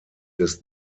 des